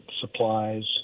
supplies